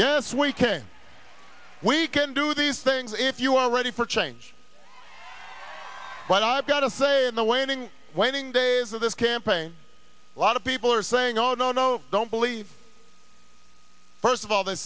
yes we can we can do these things if you are ready for change but i've got to say in the waning waning days of this campaign a lot of people are saying oh no no don't believe first of all they